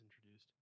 introduced